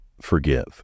forgive